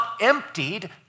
emptied